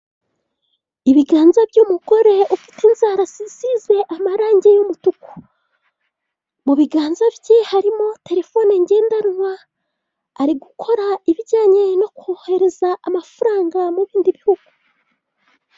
Ibiganza by'umugore ufite inzara zisize amarangi y'umutuku. Mu biganza bye harimo telefone ngendanwa, ari gukora ibijyanye no kohereza amafaranga mu bindi bihugu.